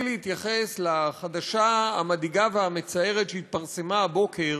להתייחס לחדשה המדאיגה והמצערת שהתפרסמה הבוקר